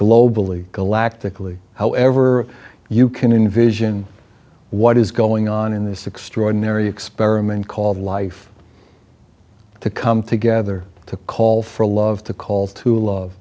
globally galactically however you can envision what is going on in this extraordinary experiment called life to come together to call for love to call to love